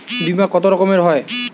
বিমা কত রকমের হয়?